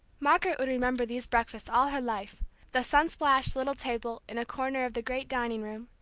margaret would remember these breakfasts all her life the sun splashed little table in a corner of the great dining-room,